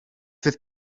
fydd